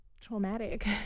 traumatic